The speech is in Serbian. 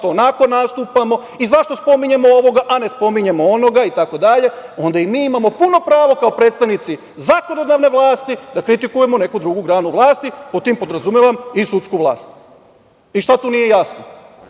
onako nastupamo i zašto spominjemo ovoga, a ne spominjemo onoga itd. onda i mi imamo puno pravo kao predstavnici zakonodavne vlasti da kritikujemo neku drugu granu vlasti, a pod tim podrazumevam i sudsku vlast i šta tu nije jasno?